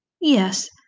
Yes